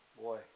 Boy